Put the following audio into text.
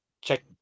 check